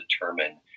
determine